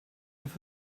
have